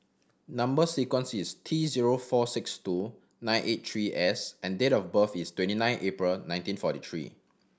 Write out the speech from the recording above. number sequence is T zero four six two nine eight three S and date of birth is twenty nine April nineteen forty three